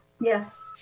Yes